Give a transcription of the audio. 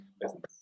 business